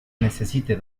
necesite